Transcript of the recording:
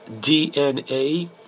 DNA